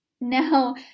Now